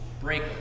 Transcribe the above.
Break